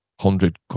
hundred